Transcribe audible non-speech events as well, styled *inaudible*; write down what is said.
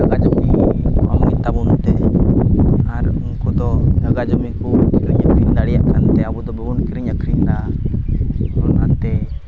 *unintelligible* ᱟᱨ ᱩᱱᱠᱩ ᱫᱚ ᱡᱟᱭᱜᱟ ᱡᱩᱢᱤ ᱠᱚ *unintelligible* ᱟᱵᱚ ᱫᱚ ᱵᱟᱵᱚᱱ ᱠᱤᱨᱤᱧ ᱟᱹᱠᱷᱨᱤᱧᱫᱟ ᱚᱱᱟᱛᱮ